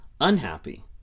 Unhappy